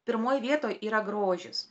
pirmoj vietoj yra grožis